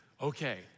okay